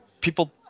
people